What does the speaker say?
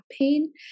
pain